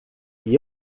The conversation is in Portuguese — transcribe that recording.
que